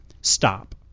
Stop